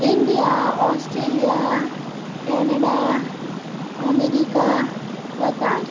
India Australia Canada America Qatar